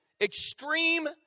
extreme